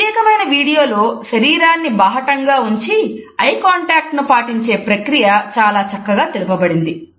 ఈ ప్రత్యేకమైన వీడియో లో శరీరాన్ని బాహటంగా ఉంచి ఐ కాంటాక్ట్ ను పాటించే ప్రక్రియ చాలా చక్కగా తెలుపబడింది